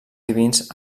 divins